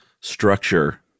structure